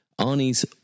arnie's